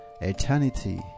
Eternity